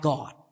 God